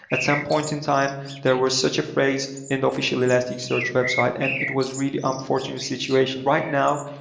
at some point in time, there was such a phrase in the official elasticsearch website, and it was really unfortunate situation. right now,